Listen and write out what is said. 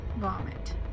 vomit